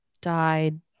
died